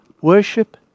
Worship